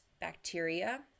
bacteria